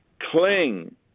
cling